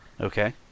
Okay